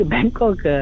Bangkok